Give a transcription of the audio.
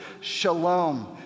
shalom